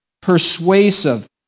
persuasive